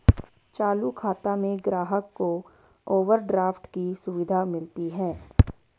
चालू खाता में ग्राहक को ओवरड्राफ्ट की सुविधा मिलती है